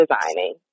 designing